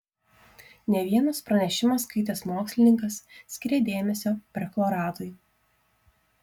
ne vienas pranešimą skaitęs mokslininkas skyrė dėmesio perchloratui